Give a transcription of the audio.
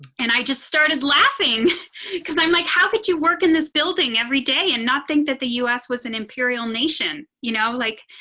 and i just started laughing because i'm like, how did you work in this building, every day and not think that the us was an imperial nation. you know, like,